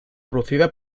producida